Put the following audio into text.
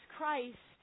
Christ